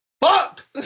Fuck